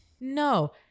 No